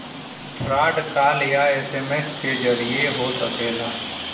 fraud call या SMS के जरिये हो सकला